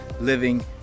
living